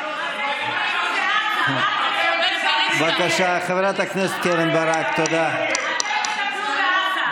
אנחנו נטפל במה שבישראל, אתם תטפלו בעזה.